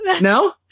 No